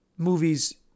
Movies